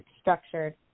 structured